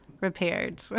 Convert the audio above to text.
repaired